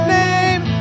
name